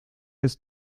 ist